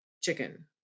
chicken